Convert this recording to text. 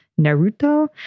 Naruto